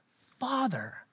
father